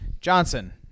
Johnson